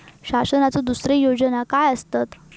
शासनाचो दुसरे योजना काय आसतत?